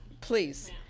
Please